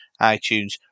iTunes